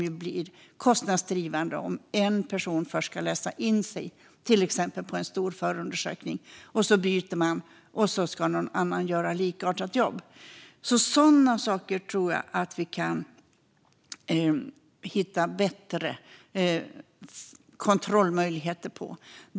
Det blir ju kostnadsdrivande om en person först ska läsa in sig på till exempel en stor förundersökning och man sedan byter och någon annan ska göra ett likartat jobb. Sådana saker tror jag att vi kan hitta bättre kontrollmöjligheter för.